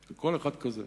על כל אחד כזה.